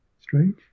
strange